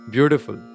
Beautiful